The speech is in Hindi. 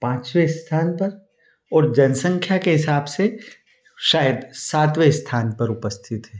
पांचवे साथन पर और जनसंख्या के हिसाब से शायद सातवे स्थान पर उपस्थित है